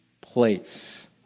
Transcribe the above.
place